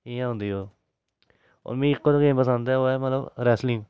इ'यां होंदी ऐ ओह् होर मी इक होर गेम पसंद ऐ ओह् ऐ मतलब रैसलिंग